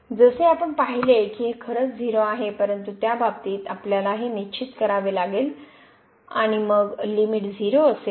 जसे आपण पाहिले आहे की हे खरंच 0 आहे परंतु त्या बाबतीत आपल्याला हे निश्चित करावे लागेल आणि मग लिमिट 0 असेल